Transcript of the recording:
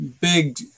big